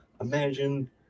imagine